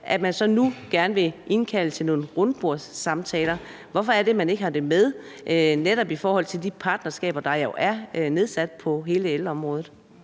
at man så nu gerne vil indkalde til nogle rundbordssamtaler? Hvorfor er det, man ikke har det med, netop i forhold til de partnerskaber, der jo er nedsat på hele ældreområdet?